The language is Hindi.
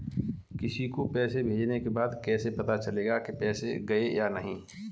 किसी को पैसे भेजने के बाद कैसे पता चलेगा कि पैसे गए या नहीं?